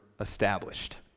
established